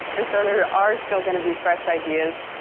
and so there are still gonna be fresh ideas,